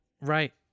Right